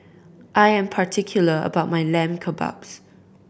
I am particular about my Lamb Kebabs